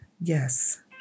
Yes